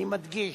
אני מדגיש,